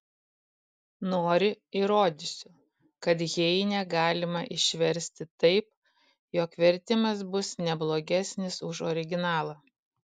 nori įrodysiu kad heinę galima išversti taip jog vertimas bus ne blogesnis už originalą